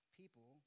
people